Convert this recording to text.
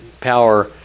power